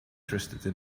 interested